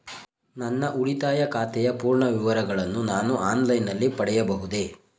ನನ್ನ ಉಳಿತಾಯ ಖಾತೆಯ ಪೂರ್ಣ ವಿವರಗಳನ್ನು ನಾನು ಆನ್ಲೈನ್ ನಲ್ಲಿ ಪಡೆಯಬಹುದೇ?